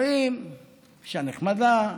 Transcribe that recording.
רואים אישה נחמדה,